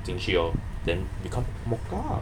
进去 lor then become mocha